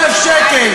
דרך משרד השיכון,